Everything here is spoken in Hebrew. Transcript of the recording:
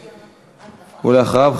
ואחריו,